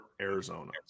Arizona